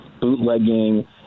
bootlegging